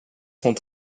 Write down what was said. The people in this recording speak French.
sont